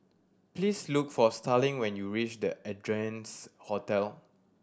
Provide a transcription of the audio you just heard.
please look for Starling when you reach The Ardennes Hotel